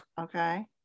okay